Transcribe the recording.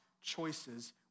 choices